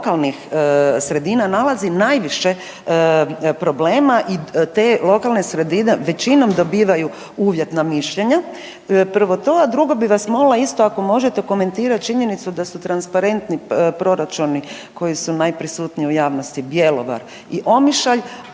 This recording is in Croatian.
lokalnih sredina nalazi najviše problema i te lokalne sredine većinom dobivaju uvjetna mišljenja. Prvo to. A drugo bi vas molila, isto, ako možete komentirati činjenicu da su transparentni proračuni koji su najprisutniji u javnosti Bjelovar i Omišalj